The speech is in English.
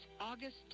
August